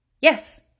Yes